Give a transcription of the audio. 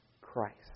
Christ